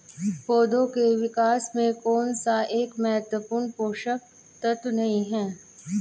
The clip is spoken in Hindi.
पौधों के विकास में कौन सा एक महत्वपूर्ण पोषक तत्व नहीं है?